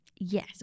Yes